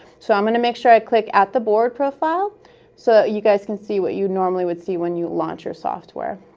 so i'm going to make sure i click at the board profile so you guys can see what you'd normally see when you launch your software.